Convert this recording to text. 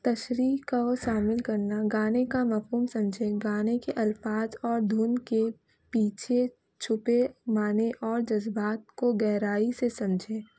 تشریح کا وہ شامل کرنا گانے کا مفہوم سمجھیں گانے کے الفاظ اور دھن کے پیچھے چھپے معنی اور جذبات کو گہرائی سے سمجھیں